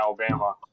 Alabama